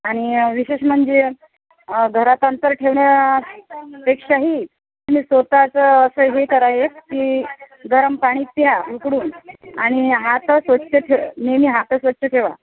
आणि विशेष म्हणजे घरात अंतर ठेवण्या पेक्षाही तुम्ही स्वत चं असं हे करा एक की गरम पाणी प्या उकळून आणि हात स्वच्छ ठे नेहमी हात स्वच्छ ठेवा